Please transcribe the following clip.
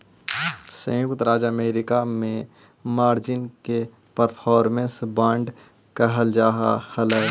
संयुक्त राज्य अमेरिका में मार्जिन के परफॉर्मेंस बांड कहल जा हलई